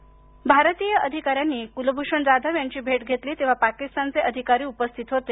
क्लभूषण जाधव भारतीय अधिकाऱ्यांनी कुलभूषण जाधव यांची भेट घेतली तेव्हा पाकीस्तानचे अधिकारी उपस्थित होते